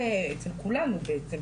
זה אצל כולנו בעצם,